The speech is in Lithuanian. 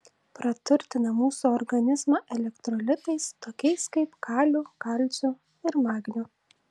praturtina mūsų organizmą elektrolitais tokiais kaip kaliu kalciu ir magniu